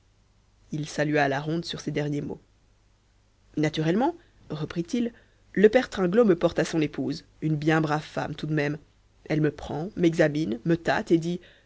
il salua à la ronde sur ces derniers mots naturellement reprit-il le père tringlot me porte à son épouse une bien brave femme tout de même elle me prend m'examine me tâte et dit